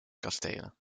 kastelen